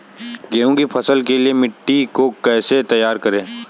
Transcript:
गेहूँ की फसल के लिए मिट्टी को कैसे तैयार करें?